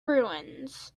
ruins